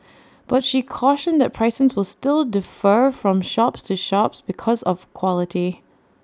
but she cautioned that prices will still defer from shops to shops because of quality